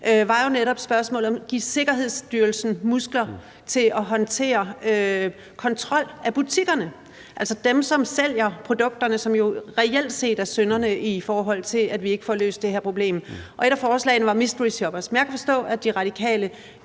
var jo netop spørgsmålet om at give Sikkerhedsstyrelsen muskler til at håndtere kontrol af butikkerne, altså dem, som sælger produkterne, og som jo reelt set er synderne, i forhold til at vi ikke får løst det her problem, og et af forslagene var mysteryshoppers, som jeg kan forstå at De Radikale